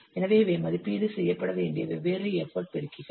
எனவே இவை மதிப்பீடு செய்யப்பட வேண்டிய வெவ்வேறு எஃபர்ட் பெருக்கிகள்